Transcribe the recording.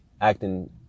acting